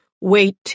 wait